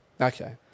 Okay